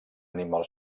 animal